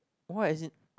why as in